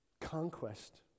Conquest